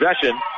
possession